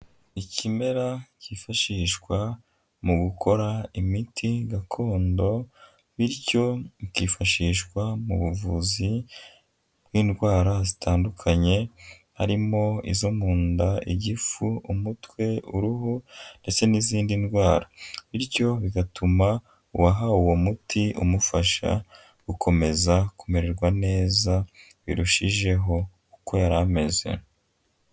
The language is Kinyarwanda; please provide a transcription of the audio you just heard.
Ikimera cyifashishwa mu gukora imiti gakondo bityo ikifashishwa mu buvuzi bw'indwara zitandukanye, harimo izo mu nda, igifu, umutwe, uruhu ndetse n'izindi ndwara bityo bigatuma uwahawe uwo muti umufasha gukomeza kumererwa neza birushijeho uko yarameze.